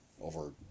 over